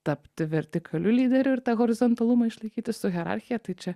tapti vertikaliu lyderiu ir tą horizontalumą išlaikyti su hierarchija tai čia